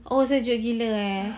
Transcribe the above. oh sebab sejuk gila eh